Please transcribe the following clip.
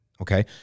Okay